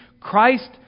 Christ